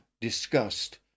discussed